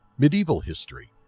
medieval history